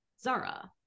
Zara